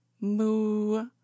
moo